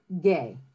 gay